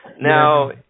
Now